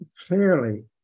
clearly